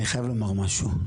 אני חייב לומר משהו.